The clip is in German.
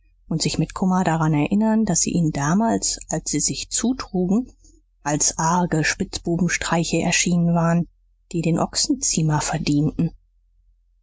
und sich mit kummer daran erinnern daß sie ihnen damals als sie sich zutrugen als arge spitzbubenstreiche erschienen waren die den ochsenziemer verdienten